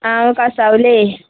हांव कासावले